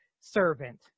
servant